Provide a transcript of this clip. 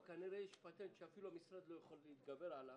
אבל כנראה שיש פטנט שאפילו המשרד לא יכול להתגבר עליו,